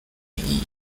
名义